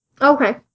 Okay